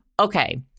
Okay